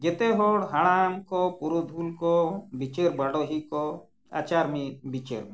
ᱡᱷᱚᱛᱚ ᱦᱚᱲ ᱦᱟᱲᱟᱢ ᱠᱚ ᱯᱩᱨᱩᱫᱷᱩᱞ ᱠᱚ ᱵᱤᱪᱟᱹᱨ ᱵᱟᱰᱳᱦᱤ ᱠᱚ ᱟᱪᱟᱨ ᱢᱤᱫ ᱵᱤᱪᱟᱹᱨ ᱢᱤᱫᱟᱠᱚ